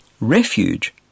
Refuge